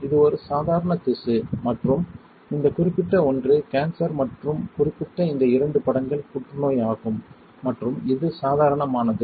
இது ஒரு சாதாரண திசு மற்றும் இந்த குறிப்பிட்ட ஒன்று கேன்சர் மற்றும் குறிப்பிட்ட இந்த இரண்டு படங்கள் புற்றுநோய் ஆகும் மற்றும் இது சாதாரணது